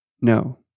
no